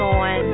on